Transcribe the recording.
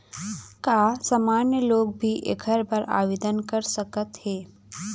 का सामान्य लोग भी एखर बर आवदेन कर सकत हे?